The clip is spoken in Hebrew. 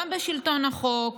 גם בשלטון החוק.